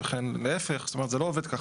זה לא עובד ככה.